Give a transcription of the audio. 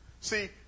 See